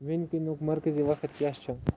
وٕنکیٚنُک مرکٔزی وقت کیٛاہ چھُ